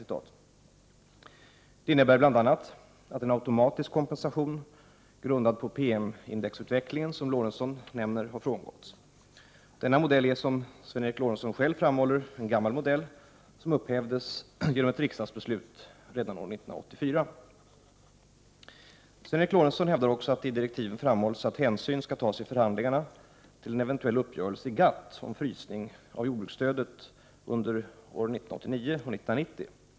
Detta innebär bl.a. att en automatisk kompensation grundad på PM-indexutvecklingen som Lorentzon nämner har frångåtts. Denna modell är som Sven Eric Lorentzon själv framhåller en gammal modell som upphävdes genom ett riksdagsbeslut redan år 1984. Sven Eric Lorentzon hävdar också att det i direktiven framhålls att hänsyn tas i förhandlingarna till en eventuell uppgörelse i GATT om frysning av jordbruksstödet under 1989 och 1990.